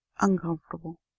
Uncomfortable